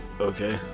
Okay